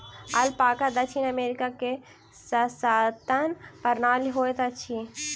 alpaca दक्षिण America के सस्तन प्राणी होइत अछि